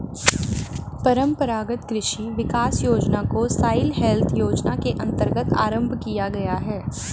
परंपरागत कृषि विकास योजना को सॉइल हेल्थ योजना के अंतर्गत आरंभ किया गया है